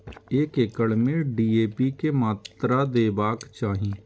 एक एकड़ में डी.ए.पी के मात्रा देबाक चाही?